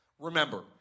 remember